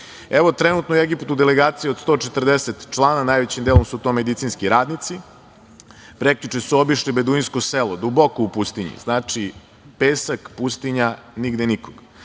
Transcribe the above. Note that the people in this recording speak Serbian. trenutno je u Egiptu i delegacija do 140 članova, najvećim delom su to medicinski radnici, prekjuče su obišli Beduinsko selo duboko u pustinji, znači pesak, pustinja, nigde nikog.